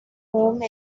home